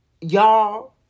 Y'all